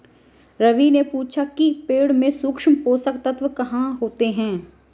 रवि ने पूछा कि पेड़ में सूक्ष्म पोषक तत्व कहाँ होते हैं?